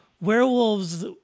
Werewolves